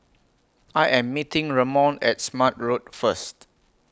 I Am meeting Ramon At Smart Road First